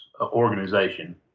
organization